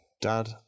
dad